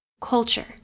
culture